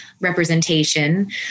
representation